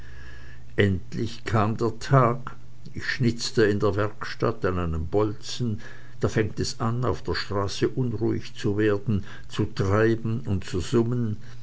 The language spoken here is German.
endlich kam der tag ich schnitzte in der werkstatt an einem bolzen da fängt es an auf der straße unruhig zu werden zu treiben und zu summen